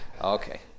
okay